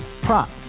Prop